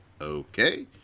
Okay